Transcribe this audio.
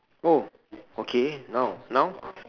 oh okay now now